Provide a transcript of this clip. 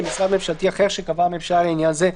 משרד ממשלתי אחר שקבעה הממשלה לעניין זה,